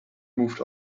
moved